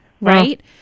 right